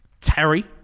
Terry